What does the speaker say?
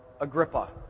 Agrippa